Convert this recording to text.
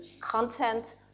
content